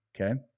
Okay